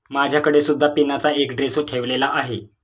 माझ्याकडे सुद्धा पिनाचा एक ड्रेस ठेवलेला आहे